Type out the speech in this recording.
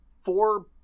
Four